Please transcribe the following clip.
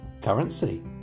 Currency